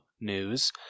news